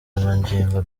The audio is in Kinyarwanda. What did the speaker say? turemangingo